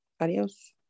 adios